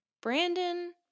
Brandon